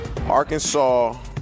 Arkansas